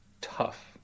tough